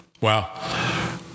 Wow